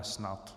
Snad.